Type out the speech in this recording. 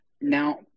Now